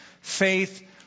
faith